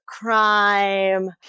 crime